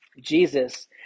Jesus